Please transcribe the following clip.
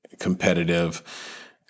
competitive